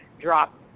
drop